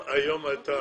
לא.